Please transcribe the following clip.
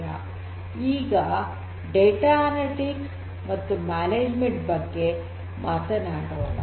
ನಾವು ಈಗ data analytics ಮತ್ತು ನಿರ್ವಹಣೆ ಬಗ್ಗೆ ಮಾತನಾಡೋಣ